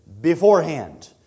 Beforehand